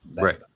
Right